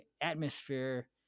atmosphere